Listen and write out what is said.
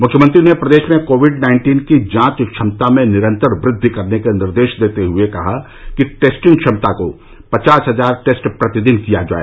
मुख्यमंत्री ने प्रदेश में कोविड नाइन्टीन की जांच क्षमता में निरन्तर वृद्वि करने के निर्देश देते हुए कहा कि टेस्टिंग क्षमता को पचास हजार टेस्ट प्रतिदिन किया जाए